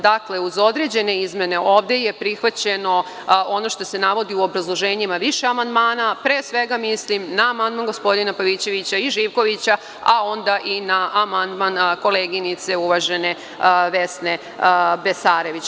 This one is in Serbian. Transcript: Dakle, uz određene izmene ovde je prihvaćeno ono što se navodi u obrazloženjima više amandmana, a pre svega mislim na amandman gospodina Pavićevića i gospodina Živkovića, a onda i na amandman uvažene koleginice Vesne Besarević.